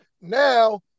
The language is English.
now